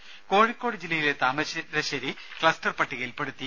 ദരദ കോഴിക്കോട് ജില്ലയിലെ താമരശ്ശേരി ക്ലസ്റ്റർ പട്ടികയിൽപ്പെടുത്തി